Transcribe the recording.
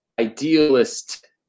idealist